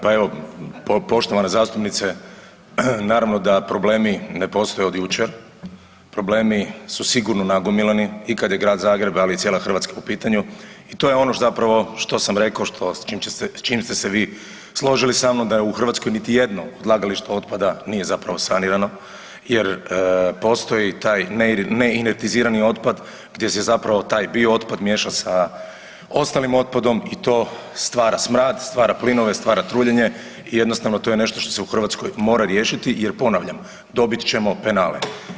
Pa evo poštovana zastupnice naravno da problemi ne postoje od jučer, problemi su sigurno nagomilani i kad je Grad Zagreb, ali i cijela Hrvatska po pitanju i to je ono zapravo što sam rekao, s čim ste se vi složili sa mnom, da u Hrvatskoj niti jedno odlagalište otpada nije zapravo sanirano jer postoji taj neinertizirani otpad gdje se zapravo taj biootpad miješa sa ostalim otpadom i to stvara smrad, stvara plinove, stvara truljenje i jednostavno to je nešto što se u Hrvatskoj mora riješiti jer ponavljam dobit ćemo penale.